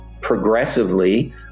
progressively